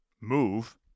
move